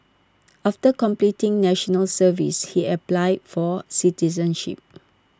after completing National Service he applied for citizenship